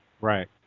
right